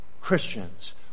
Christians